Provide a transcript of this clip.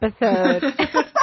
episode